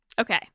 Okay